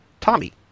Tommy